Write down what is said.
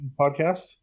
podcast